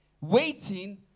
waiting